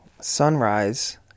sunrise